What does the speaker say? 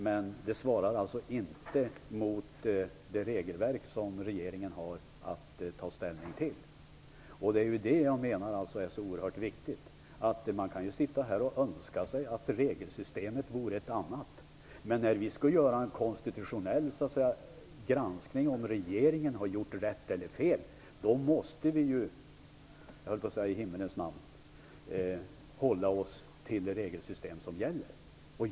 Men det svarar inte mot det regelverk som regeringen har att ta ställning till. Det är oerhört viktigt. Man kan önska sig att regelsystemet vore ett annat. Men när vi skall göra en konstitutionell granskning av om regeringen har gjort rätt eller fel måste vi hålla oss till det regelsystem som gäller.